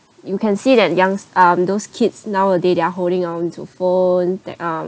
you can see that youngs~ um those kids nowadays they are holding onto phone that um